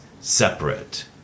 separate